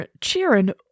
cheering